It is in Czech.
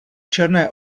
černé